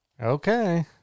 Okay